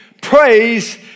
praise